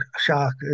shock